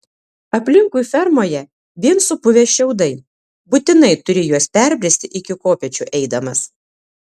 aplinkui fermoje vien supuvę šiaudai būtinai turi juos perbristi iki kopėčių eidamas